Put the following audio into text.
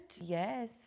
Yes